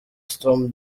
stormy